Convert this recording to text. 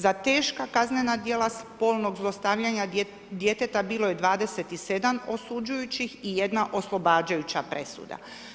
Za teška kaznena djela spolnog zlostavljanja djeteta bilo je 27 osuđujućih i jedna oslobađajuća presuda.